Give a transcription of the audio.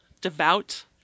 devout